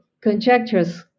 conjectures